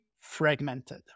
fragmented